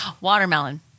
Watermelon